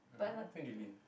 I don't think they leave